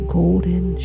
golden